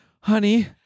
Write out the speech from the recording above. Honey